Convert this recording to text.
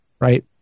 right